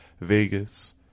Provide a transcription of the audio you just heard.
Vegas